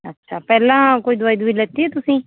ਅੱਛਾ ਪਹਿਲਾਂ ਕੋਈ ਦਵਾਈ ਦਵੁਈ ਲੇਤੀ ਹੈ ਤੁਸੀਂ